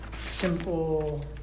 simple